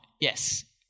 yes